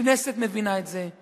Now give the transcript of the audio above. הכנסת מבינה את זה,